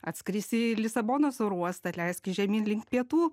atskrisi į lisabonos oro uostą leiskis žemyn link pietų